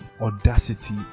audacity